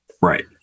right